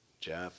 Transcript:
Jeff